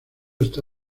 está